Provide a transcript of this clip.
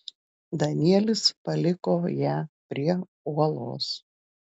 danielis paliko ją prie uolos